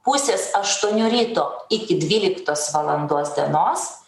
pusės aštuonių ryto iki dvyliktos valandos dienos